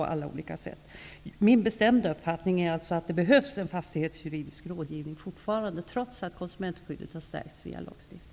Det är min bestämda uppfattning att det fortfarande behövs en fastighetsjuridisk rådgivning, trots att konsumentskyddet har stärkts via lagstiftning.